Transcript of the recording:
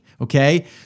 Okay